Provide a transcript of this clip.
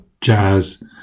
jazz